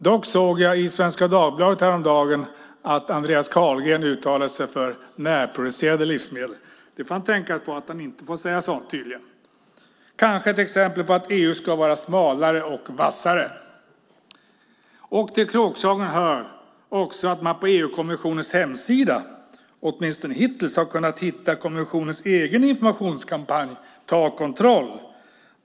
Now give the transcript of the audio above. Dock såg jag i Svenska Dagbladet häromdagen att Andreas Carlgren uttalade sig för närproducerade livsmedel. Han får tänka på att han tydligen inte får säga sådant. Är det kanske ett exempel på att EU ska vara smalare och vassare? Till kråksången hör också att man på EU-kommissionens hemsida åtminstone hittills har kunnat hitta kommissionens egen informationskampanj Ta kontroll!